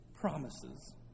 promises